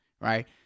right